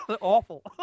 awful